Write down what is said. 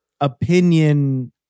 opinion